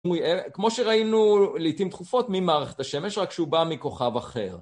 כמו שראינו לעיתים תכופות ממערכת השמש, רק שהוא בא מכוכב אחר.